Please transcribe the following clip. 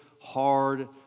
hard